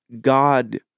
God